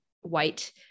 white